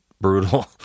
brutal